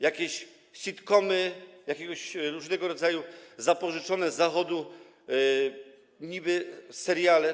Jakieś sitcomy, jakieś różnego rodzaju zapożyczone z Zachodu niby-seriale.